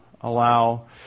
allow